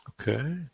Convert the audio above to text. okay